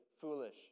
foolish